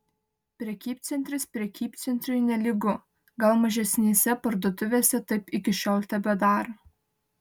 prekybcentris prekybcentriui nelygu gal mažesnėse parduotuvėse taip iki šiol tebedaro